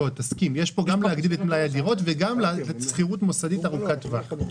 גם להגדיל את מלאי הדירות ושכירות מוסדית ארוכת טווח.